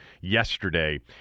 yesterday